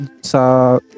sa